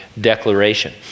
declaration